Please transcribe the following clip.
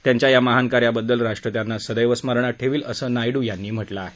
त्यांच्या या महान कार्याबद्दल राष्ट्र त्यांना सदैव स्मरणात ठेवील असं नायडू यांनी म्हटलं आहे